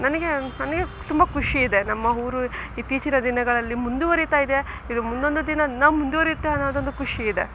ನನಗೆ ನನಗೆ ತುಂಬ ಖುಷಿ ಇದೆ ನಮ್ಮ ಊರು ಇತ್ತೀಚಿನ ದಿನಗಳಲ್ಲಿ ಮುಂದುವರೀತಾಯಿದೆ ಇದು ಮುಂದೊಂದು ದಿನ ಇನ್ನೂ ಮುಂದುವರಿಯುತ್ತೆ ಅನ್ನೋದೊಂದು ಖುಷಿ ಇದೆ